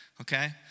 okay